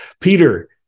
Peter